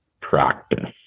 practice